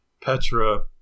Petra